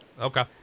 Okay